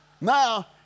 Now